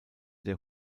der